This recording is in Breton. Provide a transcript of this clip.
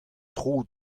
tro